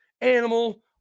animal